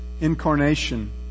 incarnation